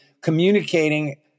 communicating